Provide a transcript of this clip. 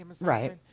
right